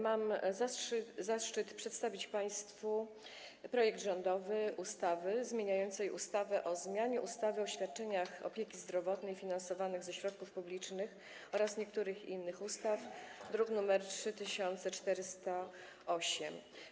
Mam zaszczyt przedstawić państwu rządowy projekt ustawy zmieniającej ustawę o zmianie ustawy o świadczeniach opieki zdrowotnej finansowanych ze środków publicznych oraz niektórych innych ustaw, druk nr 3408.